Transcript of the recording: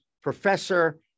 professor